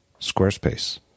Squarespace